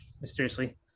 mysteriously